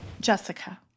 Jessica